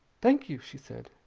thank you, she said.